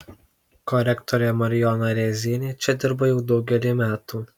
korektorė marijona rėzienė čia dirba jau daugelį metų